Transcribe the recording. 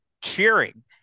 cheering